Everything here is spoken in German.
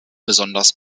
besonders